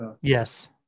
Yes